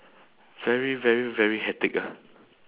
very very very hectic ah